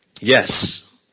Yes